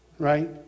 Right